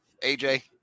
AJ